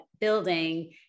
building